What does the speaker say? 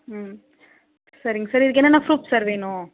ம் சரிங்க சார் இதுக்கு என்னென்ன ஃப்ரூஃப் சார் வேணும்